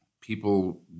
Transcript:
people